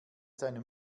seinem